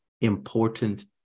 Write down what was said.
important